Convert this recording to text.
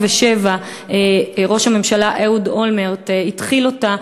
שב-2007 ראש הממשלה אהוד אולמרט התחיל אותה,